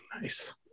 Nice